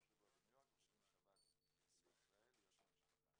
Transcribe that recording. השבוע בניו יורק וחוזרים לשבת לישראל כדי להיות עם המשפחה.